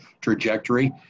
trajectory